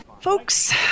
folks